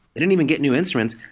they didn't even get new instruments.